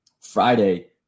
Friday